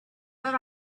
that